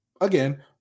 Again